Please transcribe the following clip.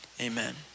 amen